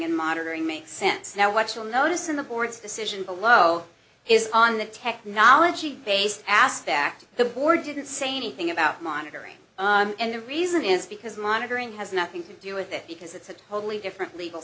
and monitoring makes sense now watchful notice in the board's decision below is on the technology based asked that the board didn't say anything about monitoring and the reason is because monitoring has nothing to do with that because it's a totally different legal